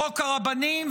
חוק הרבנים,